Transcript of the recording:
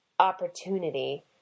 opportunity